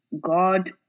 God